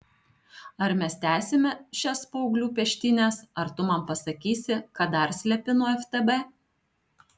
ar mes tęsime šias paauglių peštynes ar tu man pasakysi ką dar slepi nuo ftb